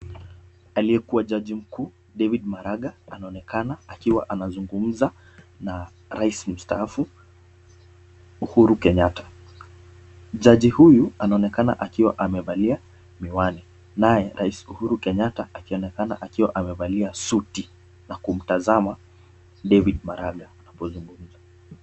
Aliyekuwa jaji mkuu David Maraga anaonekana akiwa akizungumza na rais mstaafu Uhuru kenyatta. Jaji huyu anaonekana akiwa amevalia miwani naye rais Uhuru kenyatta akionekana akiwa amevalia suti na kumtazama David Maraga anapozungumza.